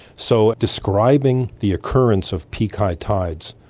so describing the occurrence of peak high tides,